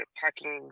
parking